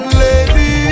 lady